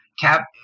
Cap